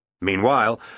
Meanwhile